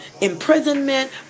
imprisonment